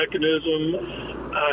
mechanism